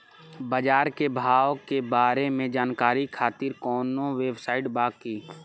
बाजार के भाव के बारे में जानकारी खातिर कवनो वेबसाइट बा की?